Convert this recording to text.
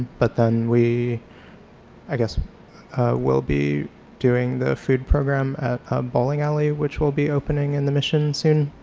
but then we i guess will be doing the food program at a bowling alley which will be opening in the mission soon.